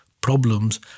problems